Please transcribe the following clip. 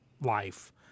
life